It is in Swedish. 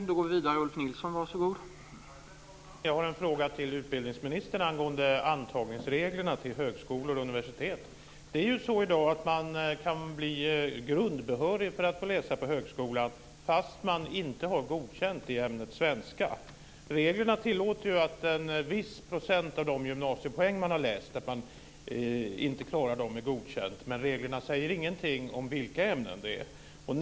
Herr talman! Jag har en fråga till utbildningsministern angående antagningsreglerna till högskolor och universitet. I dag kan man bli grundbehörig att läsa på högskola fast man inte har betyget Godkänd i ämnet svenska. Reglerna tillåter ju att man inte klarat en viss procent av gymnasiepoängen, men reglerna säger ingenting om vilka ämnen det handlar om.